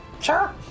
Sure